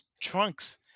trunks